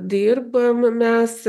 dirbam mes